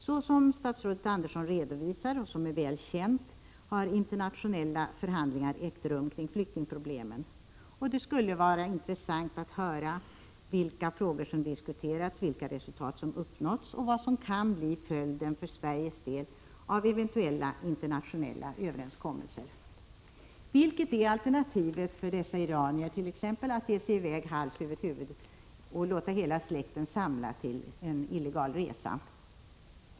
Så som statsrådet Andersson redovisar och som är väl känt har internationella förhandlingar ägt rum kring flyktingproblemen. Det skulle vara intressant att höra vilka frågor som diskuterats, vilka resultat som uppnåtts och vad som kan bli följden för Sveriges del av eventuella internationella överenskommelser. Vilket är alternativet för t.ex. dessa iranier till att ge sig i väg hals över huvud och låta hela släkten samla till en illegal resa?